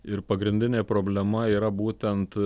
ir pagrindinė problema yra būtent